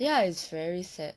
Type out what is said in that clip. ya it's very sad